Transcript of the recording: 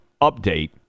update